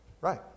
Right